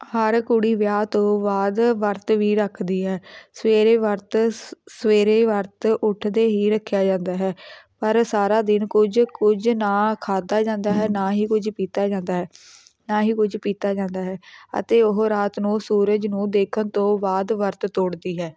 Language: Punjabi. ਹਰ ਕੁੜੀ ਵਿਆਹ ਤੋਂ ਬਾਅਦ ਵਰਤ ਵੀ ਰੱਖਦੀ ਹੈ ਸਵੇਰੇ ਵਰਤ ਸ ਸਵੇਰੇ ਵਰਤ ਉੱਠਦੇ ਹੀ ਰੱਖਿਆ ਜਾਂਦਾ ਹੈ ਪਰ ਸਾਰਾ ਦਿਨ ਕੁਝ ਕੁਝ ਨਾ ਖਾਧਾ ਜਾਂਦਾ ਹੈ ਨਾ ਹੀ ਕੁਝ ਪੀਤਾ ਜਾਂਦਾ ਹੈ ਨਾ ਹੀ ਕੁਝ ਪੀਤਾ ਜਾਂਦਾ ਹੈ ਅਤੇ ਉਹ ਰਾਤ ਨੂੰ ਸੂਰਜ ਨੂੰ ਦੇਖਣ ਤੋਂ ਬਾਅਦ ਵਰਤ ਤੋੜਦੀ ਹੈ